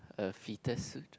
a fetus suit